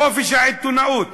בחופש העיתונות,